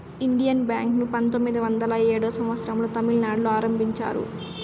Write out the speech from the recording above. Indian Bank ను పంతొమ్మిది వందల ఏడో సంవచ్చరం లో తమిళనాడులో ఆరంభించారు